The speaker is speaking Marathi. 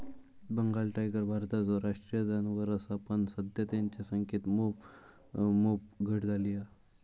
बंगाल टायगर भारताचो राष्ट्रीय जानवर असा पण सध्या तेंच्या संख्येत मोप घट झाली हा